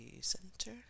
center